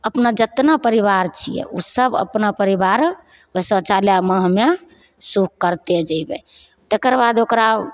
अपना जेतना परिबार छियै ओसब अपना परिबार ओहि शौचालयमे हमे सुख करते जैबै तेकरबाद ओकरा